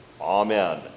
Amen